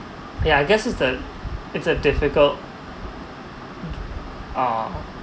yeah I guess it's the it's the difficult uh